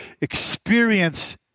experience